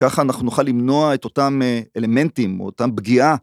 ככה אנחנו נוכל למנוע את אותם אלמנטים או אותם פגיעה.